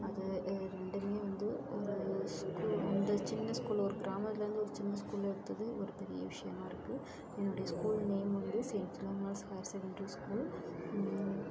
அது ஏ ரெண்டுமே வந்து ஒரு ஸ்கூல் வந்து சின்ன ஸ்கூல் ஒரு கிராமத்தில் இருந்து ஒரு சின்ன ஸ்கூல்ல எடுத்தது ஒரு பெரிய விஷயமா இருக்குது என்னுடைய ஸ்கூல் நேம் வந்து ஹையர் செகண்டரி ஸ்கூல்